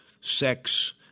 sex